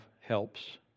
helps